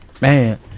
man